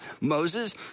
Moses